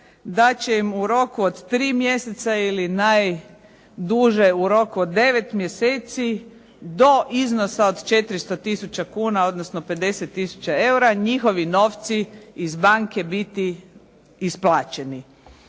da će im u roku od 3 mjeseca ili najduže u roku od 9 mjeseci do iznosa od 400 tisuća kuna, odnosno 50 tisuća eura njihovi novci iz banke biti isplaćeni